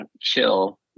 chill